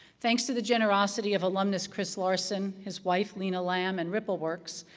thanks to the generosity of alumnus chris larsen, his wife, lyna lam, and ripple works,